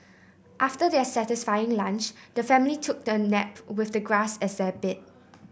after their satisfying lunch the family took a nap with the grass as their bed